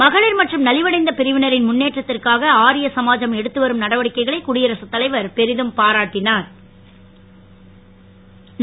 மகளிர் மற்றும் நலிவடைந்த பிரிவினரின் முன்னேற்றத்திற்காக ஆர்ய சமாஜம் எடுத்துவரும் நடவடிக்கைகளை குடியரசுத் தலைவர் பெரிதும் பாராட்டினுர்